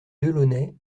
delaunay